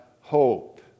hope